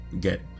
get